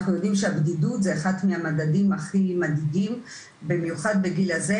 אנחנו יודעים שהבדידות זה אחד מהמדדים הכי מדאיגים במיוחד בגיל הזה,